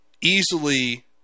easily